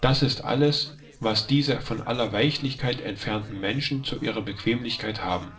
das ist alles was diese von aller weichlichkeit entfernten menschen zu ihrer bequemlichkeit haben